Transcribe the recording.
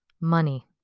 money